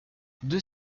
deux